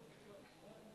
וילף (העצמאות): 4 אחמד